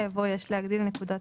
תבדוק את הפרוטוקול.